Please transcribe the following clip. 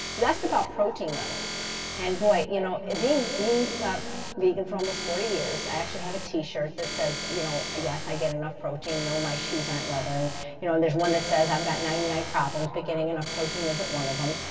you asked about protein though and boy, you know being being vegan for almost forty years, i actually have a t-shirt that say, you know yes, i get enough protein. no, my shoes aren't leather. and you know and there's one that says, i've got ninety nine problems, but getting enough protein isn't one of um